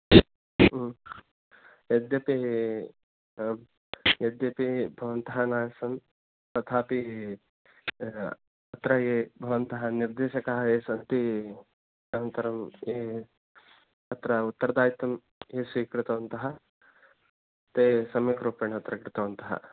यद्यपि आम् यद्यपि भवन्तः न आसन् तथापि अत्र ये भवन्तः निर्देशकाः ये सन्ति अनन्तरं ये तत्र उत्तरदायित्वं ये स्वीकृतवन्तः ते सम्यक् रूपेण अत्र कृतवन्तः